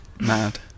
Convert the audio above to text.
mad